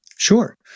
Sure